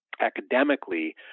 academically